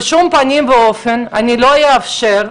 בשום פנים ואופן אני לא אאפשר,